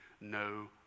no